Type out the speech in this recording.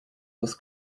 was